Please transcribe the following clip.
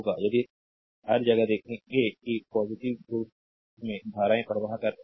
क्योंकि हर जगह देखेंगे कि पॉजिटिव ध्रुव में धाराएं प्रवेश कर रही हैं